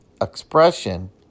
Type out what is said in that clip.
expression